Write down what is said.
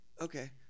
Okay